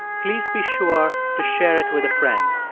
please be sure to share it with a friend.